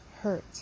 hurt